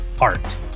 art